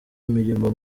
imirimo